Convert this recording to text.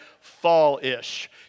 fall-ish